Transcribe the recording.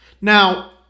Now